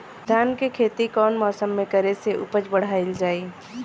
धान के खेती कौन मौसम में करे से उपज बढ़ाईल जाई?